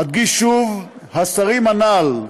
אדגיש שוב: השרים הנ"ל,